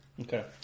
Okay